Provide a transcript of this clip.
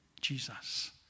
Jesus